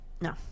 no